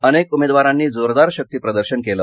अनेक उमेदवारांनी जोरदार शक्तीप्रदर्शन केलं